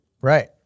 Right